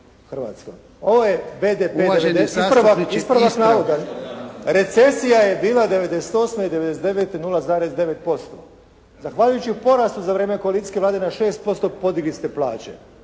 Ovo BDP 91, ispravak navoda. Recesija je bila 98. i 99. 0,9%. Zahvaljujući porastu za vrijeme koalicijske Vlade na 6% podigli ste plaće,